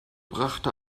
brachte